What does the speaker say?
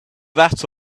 that